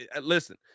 listen